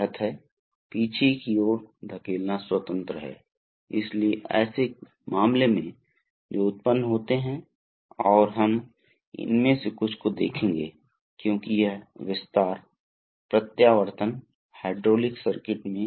तो आपके पास ड्रेन रेखाएं भी हैं जो छोटी डैश में दिखाई जाती हैं इसलिए ये आम तौर पर होती हैं ये तीन प्रकार की लाइनें हैं जिनके माध्यम से तरल प्रवाह होता है हाइड्रॉलिक सिस्टम